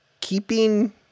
keeping